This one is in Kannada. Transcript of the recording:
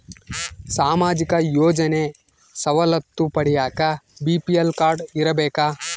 ಸಾಮಾಜಿಕ ಯೋಜನೆ ಸವಲತ್ತು ಪಡಿಯಾಕ ಬಿ.ಪಿ.ಎಲ್ ಕಾಡ್೯ ಇರಬೇಕಾ?